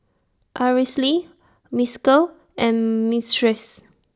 Araceli Mykel and Myrtice